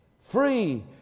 free